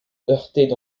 heurtaient